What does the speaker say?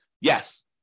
yes